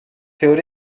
theory